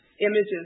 images